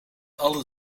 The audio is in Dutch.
alle